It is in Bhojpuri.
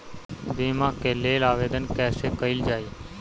बीमा के लेल आवेदन कैसे कयील जाइ?